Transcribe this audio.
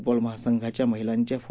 doll महासंघाच्या महिलांच्या फू